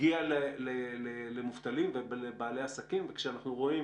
הגיע למובטלים ולבעלי עסקים וזה כשאנחנו רואים,